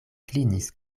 klinis